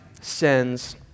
sends